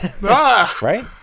Right